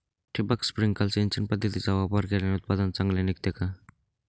ठिबक, स्प्रिंकल सिंचन पद्धतीचा वापर केल्याने उत्पादन चांगले निघते का?